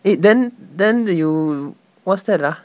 eh then then you what's that ah